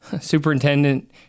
superintendent